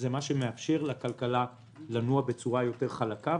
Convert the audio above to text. זה מה שמאפשר לכלכלה לנוע בצורה יותר חלקה,